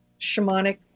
shamanic